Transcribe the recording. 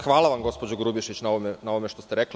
Hvala vam, gospođo Grubješić, na ovome što ste rekli.